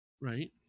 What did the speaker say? Right